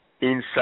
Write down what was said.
inside